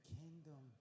kingdom